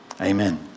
Amen